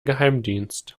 geheimdienst